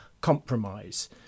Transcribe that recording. compromise